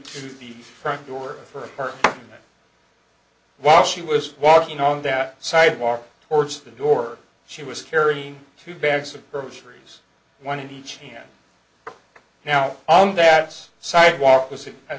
to the front door for her while she was walking on that sidewalk towards the door she was carrying two bags of groceries one in each hand now on dad's side walk was